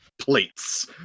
plates